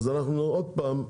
אז עוד פעם,